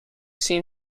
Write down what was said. seem